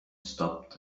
stopped